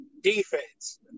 Defense